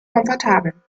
komfortabel